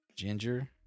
Ginger